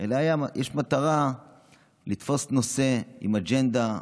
אלא יש מטרה לתפוס נושא עם אג'נדה,